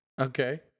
Okay